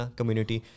community